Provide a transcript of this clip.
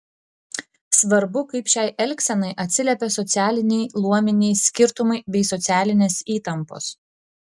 svarbu kaip šiai elgsenai atsiliepė socialiniai luominiai skirtumai bei socialinės įtampos